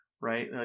right